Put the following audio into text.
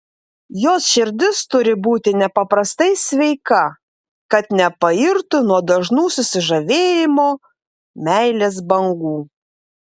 jos širdis turi būti nepaprastai sveika kad nepairtų nuo dažnų susižavėjimo meilės bangų